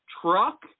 truck